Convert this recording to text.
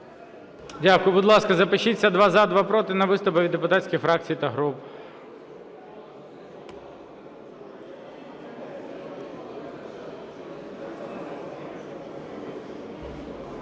Будь ласка, запишіться: два – за, два – проти, на виступи від депутатських фракцій та груп.